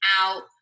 out